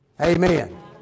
Amen